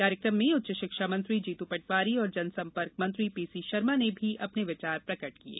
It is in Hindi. कार्यकम में उच्च शिक्षा मंत्री जीतू पटवारी और जनसंपर्क मंत्री पीसी शर्मा ने भी अपने विचार प्रकट किये